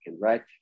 right